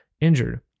injured